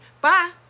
Bye